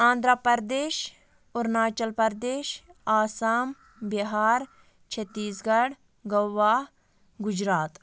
Andhra Pradesh Arunachal Pradesh Assam Bihar Chhattisgarh Goa Gujarat